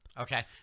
Okay